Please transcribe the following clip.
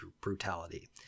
brutality